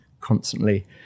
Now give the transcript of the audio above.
constantly